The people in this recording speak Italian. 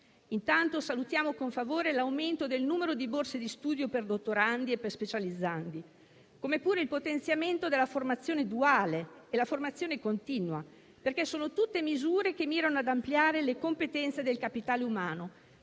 Intanto salutiamo con favore l'aumento del numero di borse di studio per dottorandi e specializzandi, come pure il potenziamento della formazione duale e continua, perché sono tutte misure che mirano ad ampliare le competenze del capitale umano,